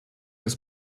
des